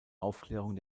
aufklärung